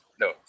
No